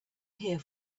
here